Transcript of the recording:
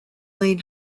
lane